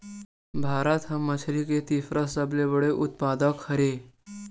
भारत हा मछरी के तीसरा सबले बड़े उत्पादक हरे